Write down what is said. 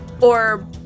Or-